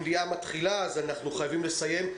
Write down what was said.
המליאה מתחילה אז אנחנו חייבים לסיים.